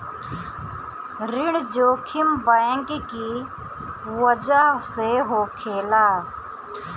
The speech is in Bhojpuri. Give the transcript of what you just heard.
ऋण जोखिम बैंक की बजह से होखेला